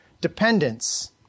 dependence